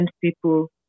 people